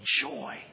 joy